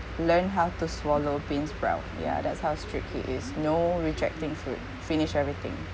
learn how to swallow beansprout ya that's how strict he is no rejecting food finish everything